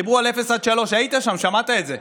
דיברו על אפס עד שלוש, היית שם, שמעת את זה.